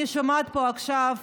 אני שומעת פה עכשיו,